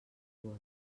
vot